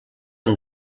amb